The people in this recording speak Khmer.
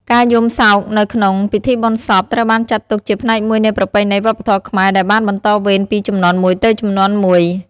ការយំសោកនៅក្នុងពិធីបុណ្យសពត្រូវបានចាត់ទុកជាផ្នែកមួយនៃប្រពៃណីវប្បធម៌ខ្មែរដែលបានបន្តវេនពីជំនាន់មួយទៅជំនាន់មួយ។